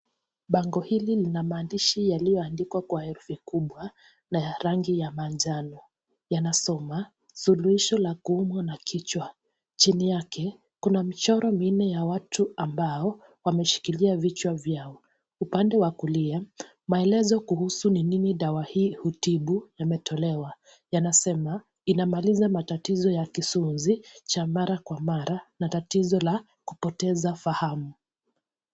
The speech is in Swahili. Bango hili lina maandishi yaliyoandikwa kwa herufi kubwa na ya rangi ya manjano. Yanasoma, suluhisho la kuumwa na kichwa. Chini yake, kuna michoro minne ya watu ambao wameshikilia vichwa vyao. Upande wa kulia, maelezo kuhusu ni nini dawa hii hutibu yametolewa. Amesema, inamaliza matatizo ya kisunzi cha mara kwa mara na tatizo la kupoteza fahamu.